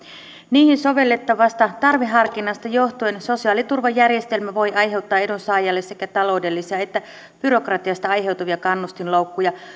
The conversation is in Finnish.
niihin sovellettavasta tarveharkinnasta johtuen sosiaaliturvajärjestelmä voi aiheuttaa edunsaajalle sekä taloudellisia että byrokratiasta aiheutuvia kannustinloukkuja